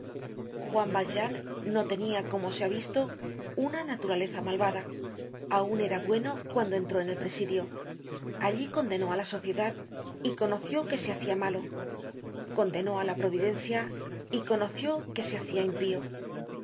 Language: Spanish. juan valjean no tenia como se ha visto una naturaleza malvada aun era bueno cuando entró en el presidio allí condenó á la sociedad y conoció que se hacia malo condenó á la providencia y conoció que se hacia impío